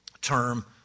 term